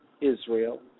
Israel